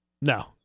No